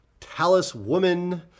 Taliswoman